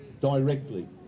directly